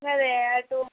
సరే అటు